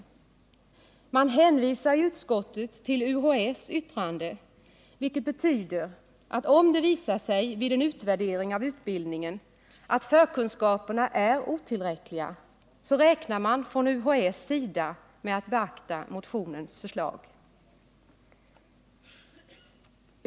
Utskottet hänvisar till UHÄ:s yttrande, vilket betyder att om det vid en utvärdering av utbildningen visar sig att förkunskaperna är otillräckliga så räknar man från UHÄ:s sida med att få beakta motionens förslag.